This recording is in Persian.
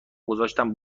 گذاشتن